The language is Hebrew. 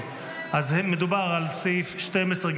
אז מדובר על סעיף 12,